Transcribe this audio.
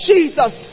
Jesus